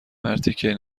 مرتیکه